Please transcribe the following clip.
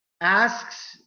asks